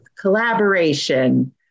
collaboration